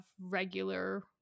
regular